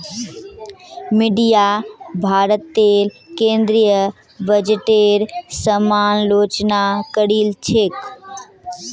media भारतेर केंद्रीय बजटेर समालोचना करील छेक